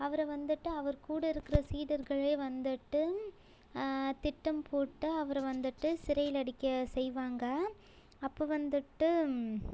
அவரை வந்துவிட்டு அவர் கூட இருக்கிற சீடர்களே வந்துவிட்டு திட்டம் போட்டு அவரை வந்துவிட்டு சிறையிலடைக்க செய்வாங்க அப்போ வந்துவிட்டு